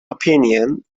opinion